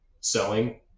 selling